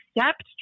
accept